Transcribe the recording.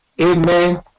Amen